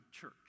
church